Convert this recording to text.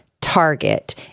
target